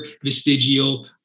vestigial